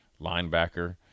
linebacker